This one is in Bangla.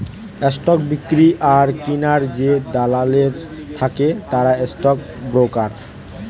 স্টক বিক্রি আর কিনার যে দালাল থাকে তারা স্টক ব্রোকার